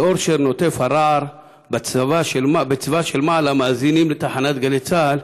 לאורשר נוטף הרעל: בצבא של מעלה מאזינים לתחנת "גלי צה"ל",